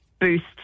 boost